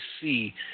see